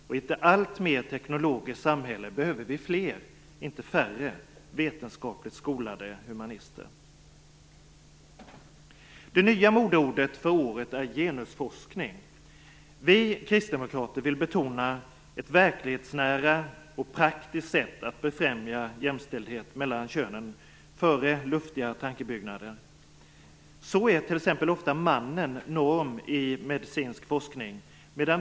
I ett allt mer teknologiskt samhälle behöver vi fler, inte färre, vetenskapligt skolade humanister. Det nya modeordet för året är genusforskning. Vi kristdemokrater vill framhålla ett verklighetsnära och praktiskt sätt att befrämja jämställdhet mellan könen före luftiga tankebyggnader. Mannen är t.ex. ofta norm i medicinsk forskning.